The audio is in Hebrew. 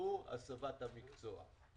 עבור הסבת המקצוע.